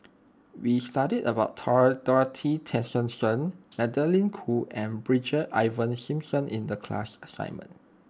we studied about Dorothy Tessensohn Magdalene Khoo and Brigadier Ivan Simson in the class assignment